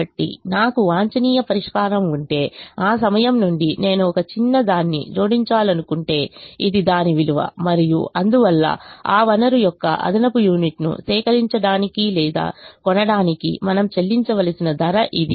కాబట్టి నాకు వాంఛనీయ పరిష్కారం ఉంటే ఆ సమయం నుండి నేను ఒక చిన్న దాన్ని జోడించాలనుకుంటే ఇది దాని విలువ మరియు అందువల్ల ఆ వనరు యొక్క అదనపు యూనిట్ ను సేకరించడానికి లేదా కొనడానికి మనము చెల్లించవలసిన ధర ఇది